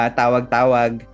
tawag-tawag